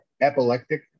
epileptic